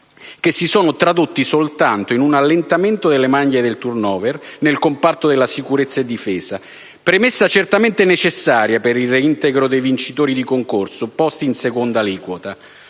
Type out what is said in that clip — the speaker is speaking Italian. e si sono tradotti soltanto in un allentamento delle maglie del *turnover* nel comparto della sicurezza e della difesa. Questa premessa è certamente necessaria per il reintegro dei vincitori di concorso posti in seconda aliquota,